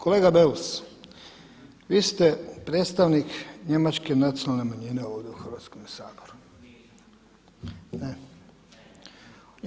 Kolega Beus, vi ste predstavnik njemačke nacionalne manjine ovdje u Hrvatskome saboru [[Upadica Beus: Nisam.]] Ne?